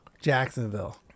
Jacksonville